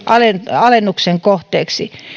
alennuksen kohteeksi